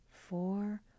four